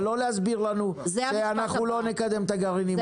אבל לא להסביר לנו שאנחנו לא נקדם את הגרעינים האלה.